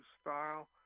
style